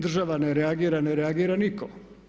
Država ne reagira, ne reagira nitko.